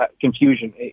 confusion